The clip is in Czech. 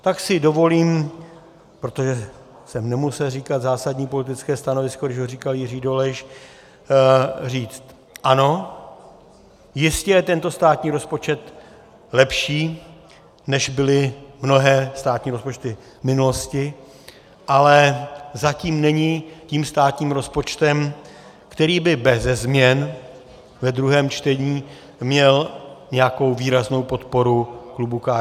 Tak si dovolím, protože jsem nemusel říkat zásadní politické stanovisko, když ho říkal Jiří Dolejš, říct ano, jistě je tento státní rozpočet lepší, než byly mnohé státní rozpočty v minulosti, ale zatím není tím státním rozpočtem, který by beze změn ve druhém čtení měl nějakou výraznou podporu klubu KSČM.